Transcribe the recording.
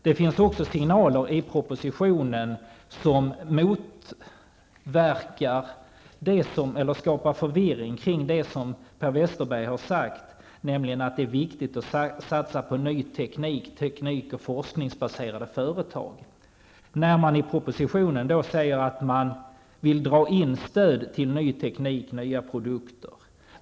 Det finns också signaler i propositionen som skapar förvirring. Per Westerberg har sagt att det är viktigt att satsa på ny teknik, teknik och forskningsbaserade företag, men i propositionen sägs att man vill dra in stödet till ny teknik och nya produkter.